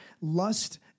Lust